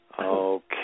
Okay